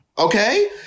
Okay